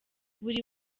buri